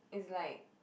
is like